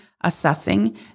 assessing